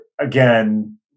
again